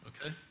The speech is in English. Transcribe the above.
okay